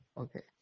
okay